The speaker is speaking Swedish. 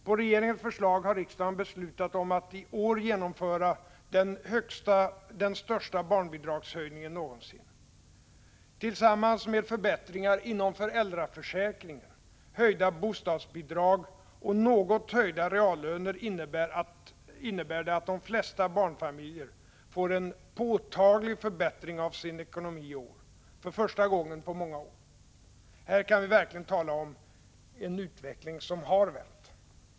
På regeringens förslag har riksdagen beslutat om att i år genomföra den största barnbidragshöjningen någonsin. Tillsammans med förbättringar inom föräldraförsäkringen, höjda bostadsbidrag och något höjda reallöner innebär det att de flesta barnfamiljer får en påtaglig förbättring av sin ekonomi i år, för första gången på många år. Här kan vi verkligen tala om en utveckling som har vänt.